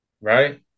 right